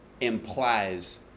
implies